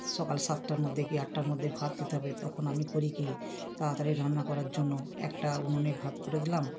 সকাল সাতটার মধ্যে কি আটটার মধ্যে ভাত দিতে হবে তখন আমি করি কী তাড়াতাড়ি রান্না করার জন্য একটা উনোনে ভাত করে দিলাম